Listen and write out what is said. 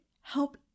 Help